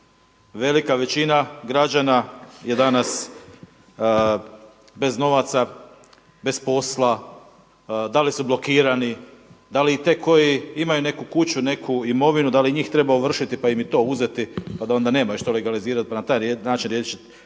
Velika većina građana je danas bez novaca, bez posla, da li su blokirani, da li i te koji imaju neku kuću, neku imovinu da li i njih treba ovršiti pa im i to uzeti pa da onda nemaju što legalizirati pa na taj način riješiti